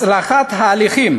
הצלחת ההליכים